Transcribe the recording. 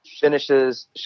finishes